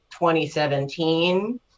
2017